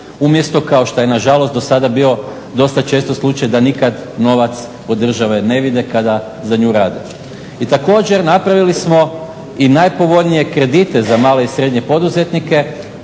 umjesto kao što je nažalost do sada bio dosta često slučaj da nikad novac od države ne vide kada za nju rade. I također napravili smo i najpovoljnije kredite za male i srednje poduzetnike